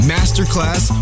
Masterclass